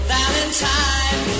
Valentine